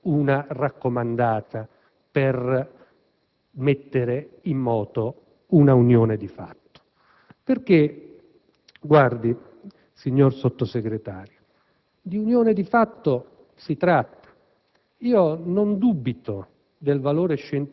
ricevere da parte del sindacato una raccomandata per mettere in moto una unione di fatto. Perché guardi, signor Sottosegretario, di unioni di fatto si tratta.